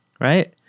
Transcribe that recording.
Right